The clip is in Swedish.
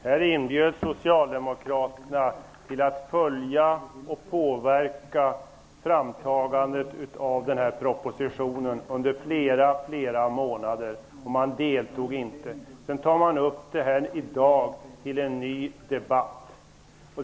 Herr talman! Socialdemokraterna inbjöds under flera månader att följa och påverka framtagandet av den här propositionen. Men man deltog inte. I dag tar man upp detta till en ny debatt.